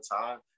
time